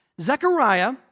Zechariah